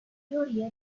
teoria